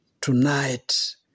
tonight